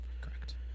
Correct